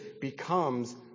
becomes